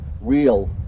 real